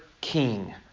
king